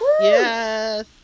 yes